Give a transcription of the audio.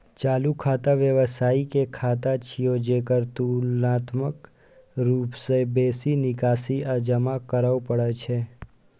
चालू खाता व्यवसायी के खाता छियै, जेकरा तुलनात्मक रूप सं बेसी निकासी आ जमा करै पड़ै छै